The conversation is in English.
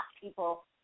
People